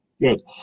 good